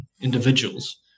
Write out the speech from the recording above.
individuals